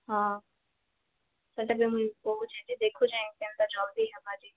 ହଁ ସେଟା ବି ମୁଇଁ କହୁଛେଁ ଯେ ଦେଖୁଛେଁ କେନ୍ତା ଜଲ୍ଦି ହେବା ଯେ